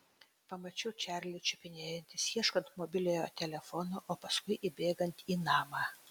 pamačiau čarlį čiupinėjantis ieškant mobiliojo telefono o paskui įbėgant į namą